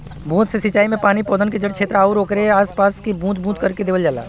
बूंद से सिंचाई में पानी पौधन के जड़ छेत्र आउर ओकरे आस पास में बूंद बूंद करके देवल जाला